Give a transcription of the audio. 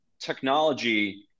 technology